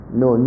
no